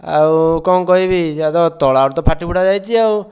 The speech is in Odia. ଆଉ କ'ଣ କହିବି ଯାହା ତ ତଳଆଡ଼ୁ ତ ଫାଟିଫୁଟା ଯାଇଛି ଆଉ